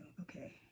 Okay